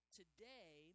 today